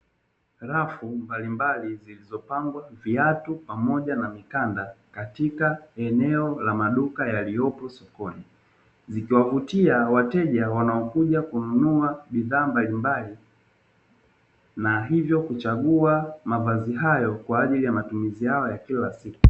Rafu mbalimbali zilizopangwa viatu pamoja na mikanda katika eneo la maduka mteja wanaokuja kununua bidhaa mbalimbali na hivyo kuchagua mavazi hayo kwa ajili ya matumizi yao ya kila siku.